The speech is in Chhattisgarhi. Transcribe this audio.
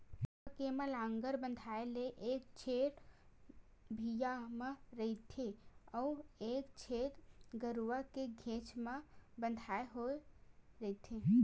गरूवा के म लांहगर बंधाय ले एक छोर भिंयाँ म रहिथे अउ एक छोर गरूवा के घेंच म बंधाय होय रहिथे